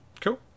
Cool